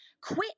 quit